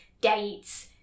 dates